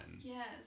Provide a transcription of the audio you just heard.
Yes